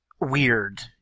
Weird